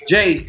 Jay